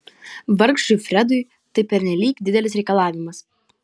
vargšui fredui tai pernelyg didelis reikalavimas